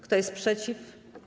Kto jest przeciw?